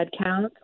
Headcount